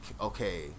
okay